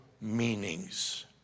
meanings